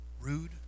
rude